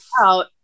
out